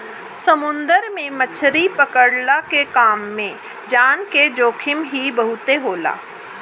समुंदर में मछरी पकड़ला के काम में जान के जोखिम ही बहुते होला